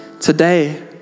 today